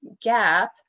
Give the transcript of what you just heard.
gap